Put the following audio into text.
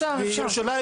אפשר.